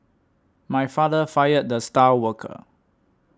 my father fired the star worker